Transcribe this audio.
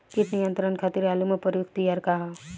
कीट नियंत्रण खातिर आलू में प्रयुक्त दियार का ह?